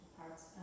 parts